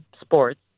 sports